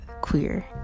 queer